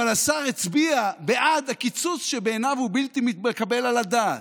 אבל השר הצביע בעד הקיצוץ שבעיניו הוא בלתי מתקבל על הדעת.